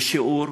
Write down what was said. בשיעור,